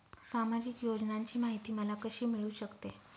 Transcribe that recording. सामाजिक योजनांची माहिती मला कशी मिळू शकते?